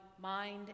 mind